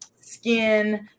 skin